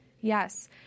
Yes